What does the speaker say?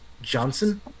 johnson